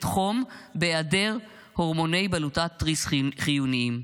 חום בהיעדר הורמוני בלוטת תריס חיוניים,